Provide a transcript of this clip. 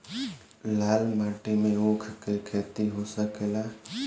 लाल माटी मे ऊँख के खेती हो सकेला?